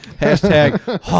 hashtag